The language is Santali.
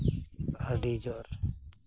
ᱟᱹᱰᱤ ᱡᱳᱨ